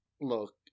Look